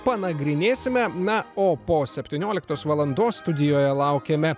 panagrinėsime na o po septynioliktos valandos studijoje laukiame